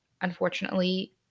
unfortunately